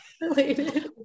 related